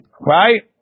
right